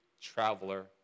traveler